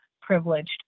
privileged